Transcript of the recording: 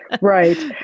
Right